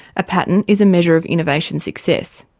a patent is a measure of innovation success.